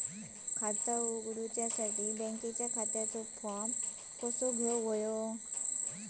खाता उघडुक बँकेच्या खात्याचो फार्म कसो घ्यायचो?